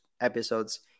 episodes